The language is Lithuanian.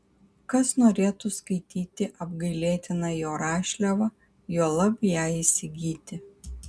kas norėtų skaityti apgailėtiną jo rašliavą juolab ją įsigyti